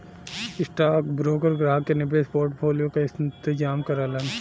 stockbroker ग्राहक के निवेश पोर्टफोलियो क इंतजाम करलन